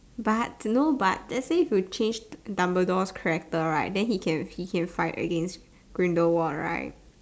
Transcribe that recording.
but no but let's say if you changed dumbledore character right then he can he can fight against grindelwald right